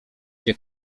się